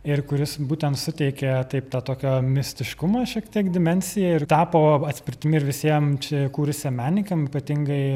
ir kuris būtent suteikia taip tą tokio mistiškumo šiek tiek dimensiją ir tapo atspirtimi ir visiem čia kūrusiem menininkam ypatingai